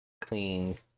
clean